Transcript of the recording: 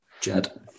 Jed